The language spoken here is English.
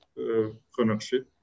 entrepreneurship